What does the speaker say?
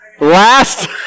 Last